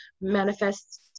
manifest